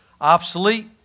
obsolete